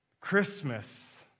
Christmas